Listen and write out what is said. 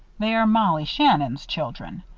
they are mollie shannon's children.